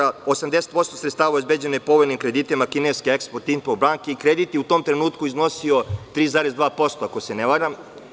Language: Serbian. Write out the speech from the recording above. Oko 80% sredstava obezbeđeno je povoljnim kreditima kineske „Ekspo-impo“ banke i kredit je u tom trenutku iznosio 3,2%, ako se ne varam.